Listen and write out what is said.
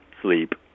sleep